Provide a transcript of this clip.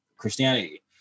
Christianity